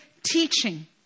teaching